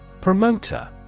Promoter